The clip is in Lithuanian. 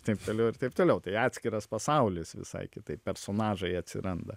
taip toliau ir taip toliau tai atskiras pasaulis visai kitaip personažai atsiranda